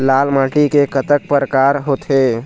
लाल माटी के कतक परकार होथे?